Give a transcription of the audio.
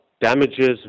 damages